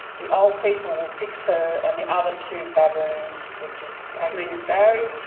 the old people will fix her and the other two baboons which is agnes and barry,